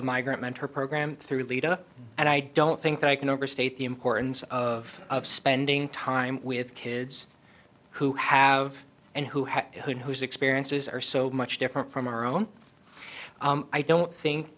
the migrant mentor program through leda and i don't think i can overstate the importance of of spending time with kids who have and who have been whose experiences are so much different from our own i don't think